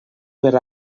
per